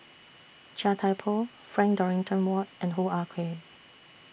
Chia Thye Poh Frank Dorrington Ward and Hoo Ah Kay